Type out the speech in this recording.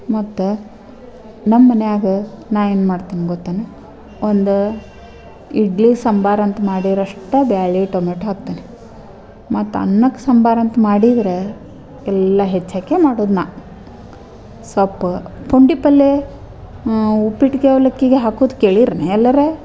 ಮತ್ತು ನಮ್ಮ ಮನ್ಯಾಗೆ ನಾನು ಏನು ಮಾಡ್ತೀನಿ ಗೊತ್ತೇನು ಒಂದು ಇಡ್ಲಿ ಸಾಂಬಾರ್ ಅಂತ ಮಾಡಿರಷ್ಟೇ ಬೇಳೆ ಟೊಮೆಟೊ ಹಾಕ್ತೀನಿ ಮತ್ತು ಅನ್ನಕ್ಕೆ ಸಾಂಬಾರ್ ಅಂತ ಮಾಡಿದರೆ ಎಲ್ಲ ಹೆಚ್ಚಾಕಿಯೇ ಮಾಡುದು ನಾನು ಸೊಪ್ಪು ಪುಂಡಿ ಪಲ್ಯ ಉಪ್ಪಿಟ್ಟಿಗೆ ಅವಲಕ್ಕಿಗೆ ಹಾಕೋದ್ ಕೇಳೀರೇನು ಎಲ್ಲಾರೂ